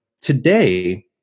today